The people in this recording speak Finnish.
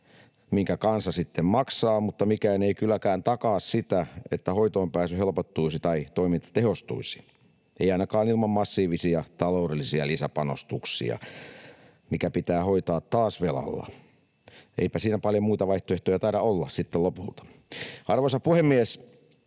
minkä kansa sitten maksaa, mutta mikään ei kylläkään takaa sitä, että hoitoonpääsy helpottuisi tai toiminta tehostuisi, ei ainakaan ilman massiivisia taloudellisia lisäpanostuksia, mikä pitää hoitaa taas velalla. Eipä siinä paljon muita vaihtoehtoja taida olla sitten lopulta. Arvoisa puhemies!